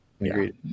Agreed